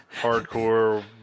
hardcore